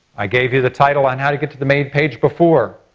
i gave you the title on how to get to the main page before.